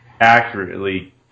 accurately